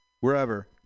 wherever